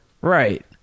right